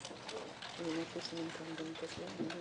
לא הייתי אומר את זה אילולא